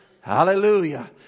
Hallelujah